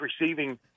receiving